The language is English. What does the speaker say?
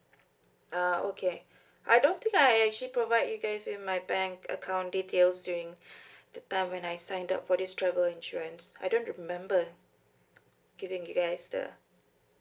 ah okay I don't think I actually provide you guys with my bank account details during the time when I signed up for this travel insurance I don't remember giving you guys the